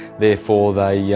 therefore they yeah